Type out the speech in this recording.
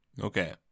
Okay